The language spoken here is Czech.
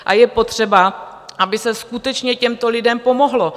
A je potřeba, aby se skutečně těmto lidem pomohlo.